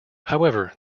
however